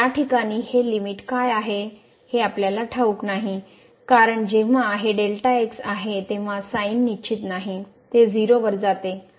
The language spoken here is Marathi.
तर या ठिकाणी हे लिमिट काय आहे हे आपल्याला ठाऊक नाही कारण जेव्हा हेआहे तेव्हाsin निश्चित नाही ते 0 वर जाते